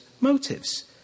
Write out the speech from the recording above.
motives